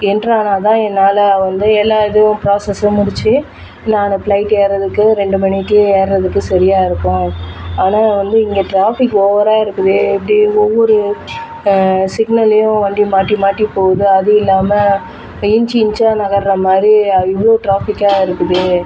enter ஆனால்தான் என்னால் வந்து எல்லா இதுவும் ப்ராஸஸும் முடித்து நான் அந்த ஃப்ளைட் ஏர்றதுக்க ரெண்டு மணிக்கு ஏர்றதுக்கு சரியாக இருக்கும் ஆனால் வந்து இங்கே ட்ராஃபிக் ஓவராக இருக்குதே இப்படி ஒவ்வொரு சிக்னல்லையும் வண்டி மாட்டி மாட்டிப் போகுது அது இல்லாமல் இன்ச் இன்ச்சாக நகர்கிற மாதிரி இவ்வளோ ட்ராஃபிக்காக இருக்குதே